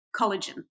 collagen